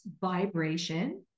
vibration